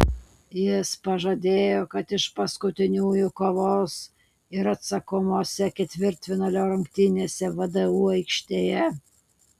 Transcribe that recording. jis pažadėjo kad iš paskutiniųjų kovos ir atsakomose ketvirtfinalio rungtynėse vdu aikštėje